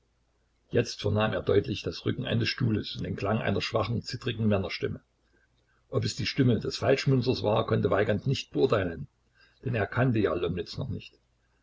jetzt vernahm er deutlich das rücken eines stuhles und den klang einer schwachen zittrigen männerstimme ob es die stimme des falschmünzers war konnte weigand nicht beurteilen denn er kannte ja lomnitz noch nicht